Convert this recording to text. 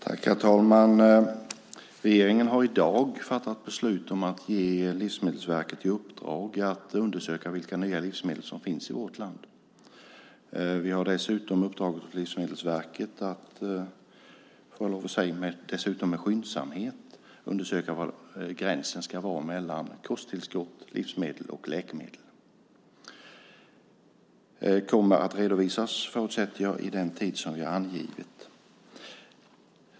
Herr talman! Regeringen har i dag fattat beslut om att ge Livsmedelsverket i uppdrag att undersöka vilka nya livsmedel som finns i vårt land. Vi har dessutom uppdragit åt Livsmedelsverket att skyndsamt undersöka var gränsen ska gå mellan kosttillskott, livsmedel och läkemedel. Jag förutsätter att det här ska redovisas inom angiven tid.